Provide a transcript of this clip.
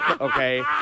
Okay